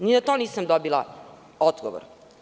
Ni na to nisam dobila odgovor.